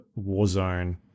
Warzone